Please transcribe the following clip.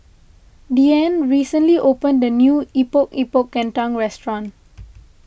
Deane recently opened a new Epok Epok Kentang restaurant